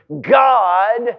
God